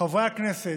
חברי הכנסת,